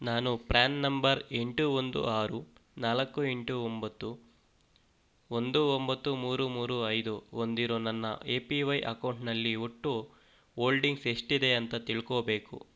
ನಾನು PRAN number ಎಂಟು ಒಂದು ಆರು ನಾಲ್ಕು ಎಂಟು ಒಂಬತ್ತು ಒಂದು ಒಂಬತ್ತು ಮೂರು ಮೂರು ಐದು ಹೊಂದಿರೋ ನನ್ನ ಎ ಪಿ ವೈ ಅಕೌಂಟ್ನಲ್ಲಿ ಒಟ್ಟು ಓಲ್ಡಿಂಗ್ಸ್ ಎಷ್ಟಿದೆ ಅಂತ ತಿಳ್ಕೋಬೇಕು